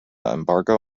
embargo